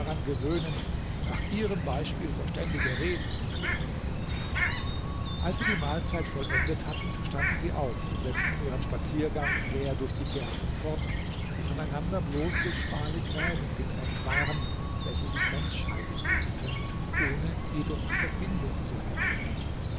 gewöhnen nach ihrem beispiel verständige reden zu führen als sie die kleine mahlzeit vollendet hatten standen sie auf und setzen ihren spaziergang quer durch die gärten fort die voneinander bloß durch schmale gräben getrennt waren welche die grenzscheide bildeten ohne jedoch die verbindung zu hemmen